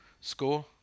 Score